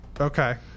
okay